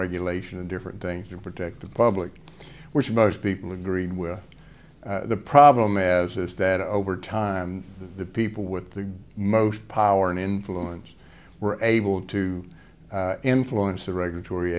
regulation and different things to protect the public which most people agreed with the problem has is that over time the people with the most power and influence were able to influence the regulatory